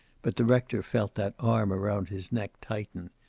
but the rector felt that arm around his neck tighten.